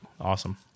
Awesome